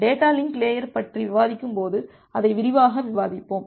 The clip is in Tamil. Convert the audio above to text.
டேட்டா லிங்க் லேயர் பற்றி விவாதிக்கும்போது அதை விரிவாக விவாதிப்போம்